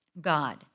God